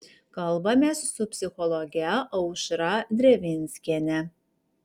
kalbamės su psichologe aušra drevinskiene